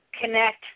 connect